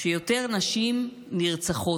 שיותר נשים נרצחות.